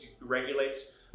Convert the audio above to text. regulates